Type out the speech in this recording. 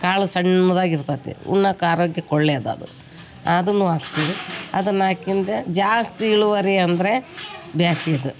ಕಾಳು ಸಣ್ಣದಾಗಿ ಇರ್ತತಿ ಉಣ್ಣೋಕೆ ಆರೋಗ್ಯಕ್ಕೆ ಒಳ್ಳೇದು ಅದು ಅದನ್ನು ಹಾಕ್ತಿವಿ ಅದನ್ನು ಹಾಕಿಂದೆ ಜಾಸ್ತಿ ಇಳುವರಿ ಅಂದರೆ ಬೇಸ್ಗಿದ್